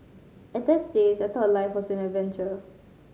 at that age I thought life was an adventure